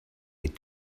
eat